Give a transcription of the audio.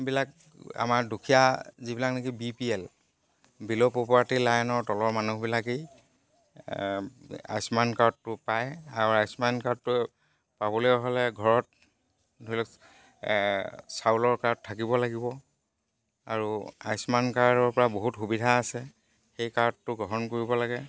বিলাক আমাৰ দুখীয়া যিবিলাক নেকি B P L below poverty লাইনৰ তলৰ মানুহবিলাকেই আয়ুস্মান কাৰ্ডটো পায় আৰু আয়ুস্মান কাৰ্ডটো পাবলে হ'লে ঘৰত ধৰি লওক চাউলৰ কাৰ্ড থাকিব লাগিব আৰু আয়ুস্মান কাৰ্ডৰ পৰা বহুত সুবিধা আছে সেই কাৰ্ডটো গ্ৰহণ কৰিব লাগে